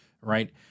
right